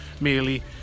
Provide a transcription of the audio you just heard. merely